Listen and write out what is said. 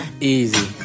Easy